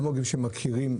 לא מרגישים שהם מכירים.